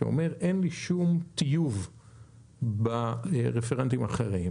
ואומר: אין לי שום טיוב ברפרנטים אחרים,